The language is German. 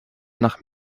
nach